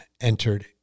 entered